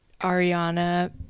ariana